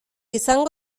izango